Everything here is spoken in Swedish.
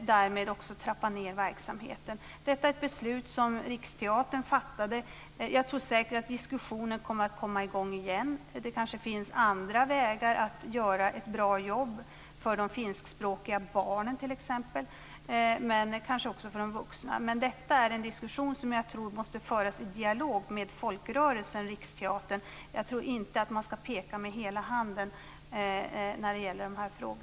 därmed att trappa ned verksamheten. Detta är ett beslut som Riksteatern har fattat. Jag tror säkert att diskussionen kommer att komma i gång igen. Det kanske finns andra vägar att göra ett bra jobb, t.ex. för de finskspråkiga barnen men kanske också för de vuxna. Men detta är en diskussion som jag tror måste föras i dialog med folkrörelsen Riksteatern. Jag tror inte att man ska peka med hela handen när det gäller dessa frågor.